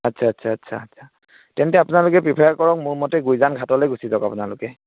আচ্ছা আচ্ছা আচ্ছা তেন্তে আপোনালোকে প্ৰিফাৰ কৰক মোৰ মতে গুঁইজান ঘাটলৈ গুচি যাওক আপোনালোকে